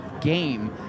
game